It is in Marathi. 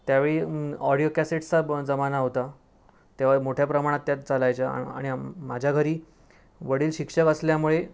त्यावेळी ऑडिओ कॅसेट्सचा ब जमाना होता तेव्हा मोठ्या प्रमाणात त्या चालायच्या आणि माझ्या घरी वडील शिक्षक असल्यामुळे